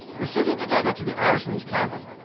proceeded together to the irishman's cabin.